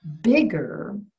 bigger